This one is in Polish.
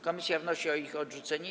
Komisja wnosi o ich odrzucenie.